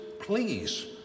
please